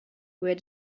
where